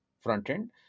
front-end